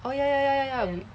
oh ya ya ya ya ya